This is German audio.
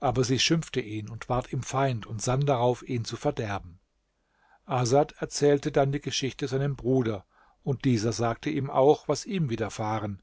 aber sie schimpfte ihn und ward ihm feind und sann darauf ihn zu verderben asad erzählte dann die geschichte seinem bruder und dieser sagte ihm auch was ihm widerfahren